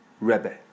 Rebbe